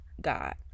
God